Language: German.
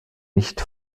nicht